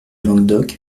languedoc